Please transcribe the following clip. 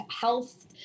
health